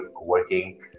working